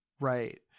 Right